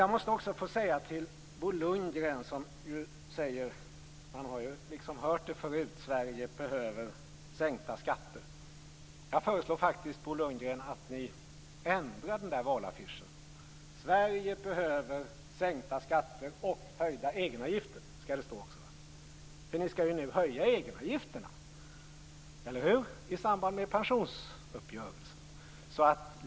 Jag måste få säga till Bo Lundgren som säger något som vi hört förut, att Sverige behöver sänkta skatter. Jag föreslår att ni ändrar valaffischen. Sverige behöver sänkta skatter och höjda egenavgifter, skall det stå. Ni skall ju höja egenavgifterna, eller hur, i samband med pensionsuppgörelsen?